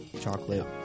chocolate